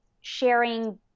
sharing